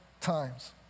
times